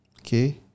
Okay